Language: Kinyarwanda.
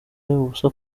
ubusa